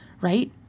right